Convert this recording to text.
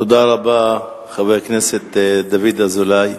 תודה רבה לחבר הכנסת דוד אזולאי,